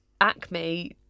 Acme